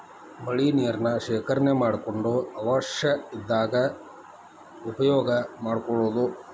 ಮಳಿ ನೇರನ್ನ ಶೇಕರಣೆ ಮಾಡಕೊಂಡ ಅವಶ್ಯ ಇದ್ದಾಗ ಉಪಯೋಗಾ ಮಾಡ್ಕೊಳುದು